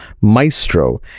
Maestro